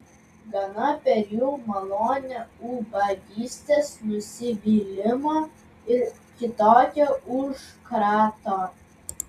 gana per jų malonę ubagystės nusivylimo ir kitokio užkrato